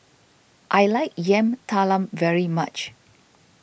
I like Yam Talam very much